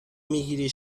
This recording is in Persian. میگیری